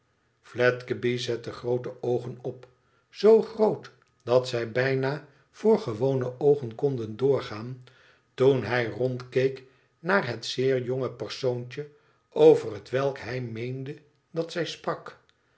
fledgeby zette groote oogen op z groot dat zij bijna voor gewone oogen konden doorgaan toen hij rondkeek naar het zeer jonge persoontje over hetwelk hij meende dat zij sprak